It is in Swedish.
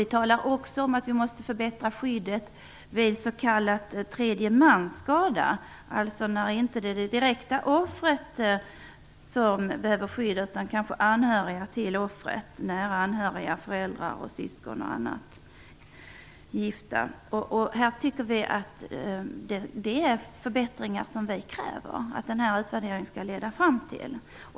Vi måste också förbättra skyddet vid s.k. tredje mans-skada, dvs. när inte det direkta offret behöver skydd utan offrets nära anhöriga, föräldrar, syskon, make osv. Detta är förbättringar som vi kräver att utvärderingen skall leda fram till.